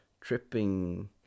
tripping